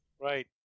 Right